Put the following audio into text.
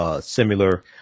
similar